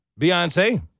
Beyonce